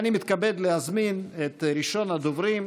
אני מתכבד להזמין את ראשון הדוברים,